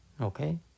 Okay